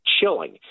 chilling